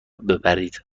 ببرید